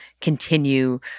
continue